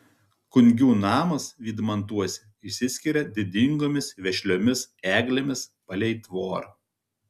kungių namas vydmantuose išsiskiria didingomis vešliomis eglėmis palei tvorą